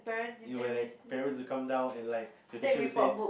it will like parents will come down and like the teacher will say